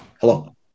hello